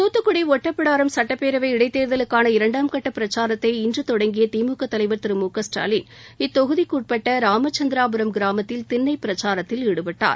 தூத்துக்குடி ஒட்டப்பிடாரம் சுட்டப்பேரவை இடைத்தேர்தலுக்கான இரண்டாம் கட்ட பிரச்சாரத்தை இன்று தொடங்கிய திமுக தலைவர் திரு மு க ஸ்டாலின் இத்தொகுதிக்குட்பட்ட ராமச்சந்திராபுரம் கிராமத்தில் திண்ணைப் பிரச்சாரத்தில் ஈடுபட்டார்